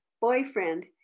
boyfriend